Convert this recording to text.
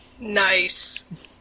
Nice